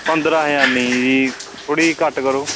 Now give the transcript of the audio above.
ਪੰਦਰਾਂ ਹਜ਼ਾਰ ਨਹੀਂ ਜੀ ਥੋੜ੍ਹੀ ਘੱਟ ਕਰੋ